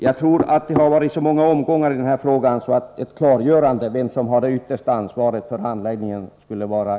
Efter alla omgångar i det här sammanhanget tror jag att det skulle vara bra med ett klarläggande om vem som har det yttersta ansvaret för handläggningen av denna fråga.